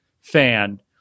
fan